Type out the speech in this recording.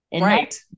Right